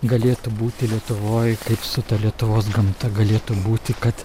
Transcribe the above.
galėtų būti lietuvoj kaip su ta lietuvos gamta galėtų būti kad